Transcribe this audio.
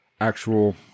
actual